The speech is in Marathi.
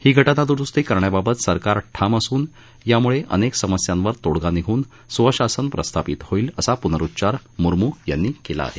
ही घटनाद्रुस्ती करण्याबाबत सरकार ठाम असून याम्ळे अनेक समस्यांवर तोडगा निघून स्वशासन प्रस्थापित होईल असा पुनरुच्चार मूर्मु यांनी केला आहे